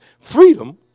Freedom